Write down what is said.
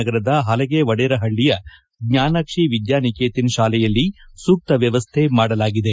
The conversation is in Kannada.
ನಗರದ ಪಲಗೆವಡೇರಪಳ್ಳಿಯ ಜ್ಞಾನಾಕ್ಷಿ ವಿದ್ಕಾನಿಕೇತನ್ ಶಾಲೆಯಲ್ಲಿ ಸೂಕ್ತ ವ್ಯವಸ್ಥೆ ಮಾಡಲಾಗಿದೆ